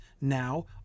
now